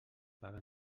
paga